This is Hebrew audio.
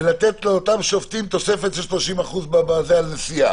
ולתת לאותם שופטים תוספת של 30% על נסיעה.